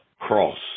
cross